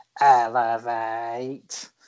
elevate